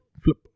flip